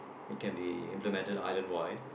it can be implemented island wide